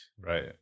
Right